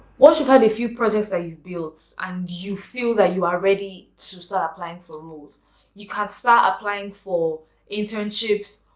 once you've had a few projects that ah you've built and you feel that you are ready to start applying for roles you can start applying for internships,